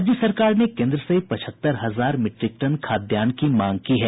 राज्य सरकार ने केन्द्र से पचहत्तर हजार मीट्रिक टन खाद्यान्न की मांग की है